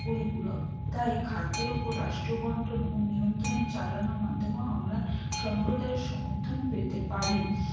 পরিপূরক তাই খাদ্যের উপর রাষ্ট্র বন্টন ও নিয়ন্ত্রণ চালানোর মাধ্যমেও আমরা সম্প্রদায়ের সমর্থন পেতে পারি